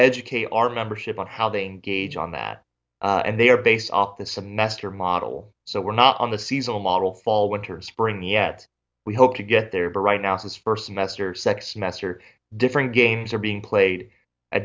educate our membership on how they engage on that and they are based off the semester model so we're not on the seasonal model fall winter spring yet we hope to get there but right now his first semester sex mets are different games are being played